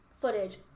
footage